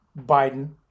Biden